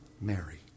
Mary